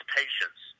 patience